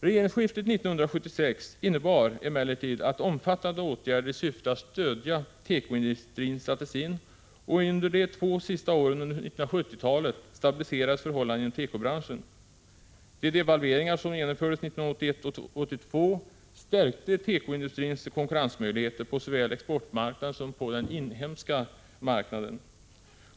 Regeringsskiftet 1976 innebar emellertid att omfattande åtgärder sattes in i syfte att stödja tekoindustrin, och under de två sista åren på 1970-talet stabiliserades förhållandena inom tekobranschen. De devalveringar som genomfördes 1981 och 1982 stärkte tekoindustrins konkurrensmöjligheter såväl på exportmarknaden som på den inhemska marknaden.